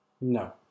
No